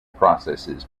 processes